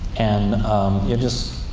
and you just,